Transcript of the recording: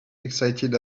excited